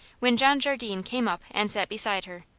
when john jardine came up and sat beside her.